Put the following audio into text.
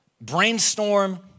brainstorm